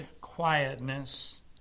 quietness